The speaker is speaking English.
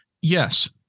yes